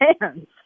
hands